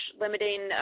limiting